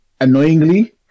annoyingly